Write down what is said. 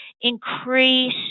increase